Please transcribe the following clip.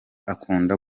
akunda